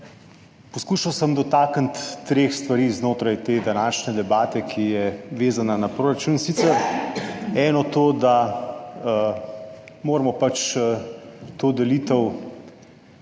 Poskušal se bom dotakniti treh stvari znotraj te današnje debate, ki je vezana na proračun, in sicer eno je to, da moramo to delitev